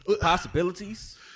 Possibilities